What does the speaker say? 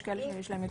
יש כאלה שיש להן יותר.